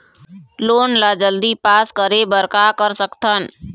Loan ला जल्दी pass करे बर का कर सकथन?